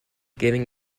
giving